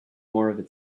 more